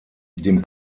dem